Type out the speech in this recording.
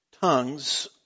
tongues